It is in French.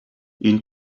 une